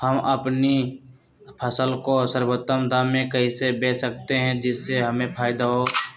हम अपनी फसल को सर्वोत्तम दाम में कैसे बेच सकते हैं जिससे हमें फायदा हो?